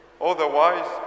Otherwise